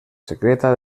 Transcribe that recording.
secreta